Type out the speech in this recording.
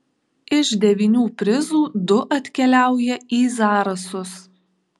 iš devynių prizų du atkeliauja į zarasus